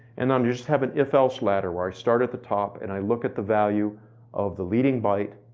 and and just have an if else ladder, where i start at the top and i looked at the value of the leading byte,